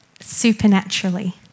supernaturally